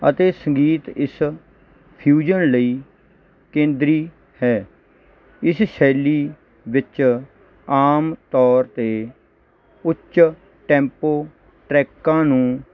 ਅਤੇ ਸੰਗੀਤ ਇਸ ਫਿਊਜ਼ਨ ਲਈ ਕੇਂਦਰੀ ਹੈ ਇਸ ਸ਼ੈਲੀ ਵਿੱਚ ਆਮ ਤੌਰ ਤੇ ਉੱਚ ਟੈਂਪੋ ਟਰੈਕਾਂ ਨੂੰ